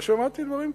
לא שמעתי דברים כאלה.